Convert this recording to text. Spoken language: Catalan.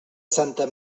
santa